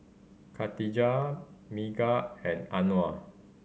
Katijah Megat and Anuar